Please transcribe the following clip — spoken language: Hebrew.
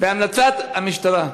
בהמלצת המשטרה,